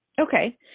Okay